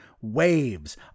Waves